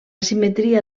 simetria